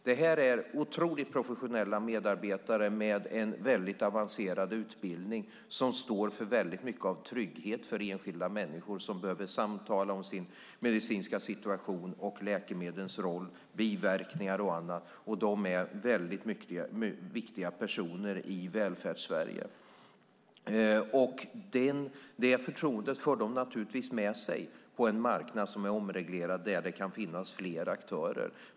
Det är otroligt professionella medarbetare med en avancerad utbildning som står för mycket av trygghet för enskilda människor som behöver samtala om sin medicinska situation, läkemedlens roll, biverkningar och annat. Det är väldigt viktiga personer i Välfärdssverige. Det förtroendet för de naturligtvis med sig på en marknad som är omreglerad, där det kan finnas flera aktörer.